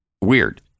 Weird